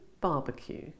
barbecue